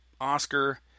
Oscar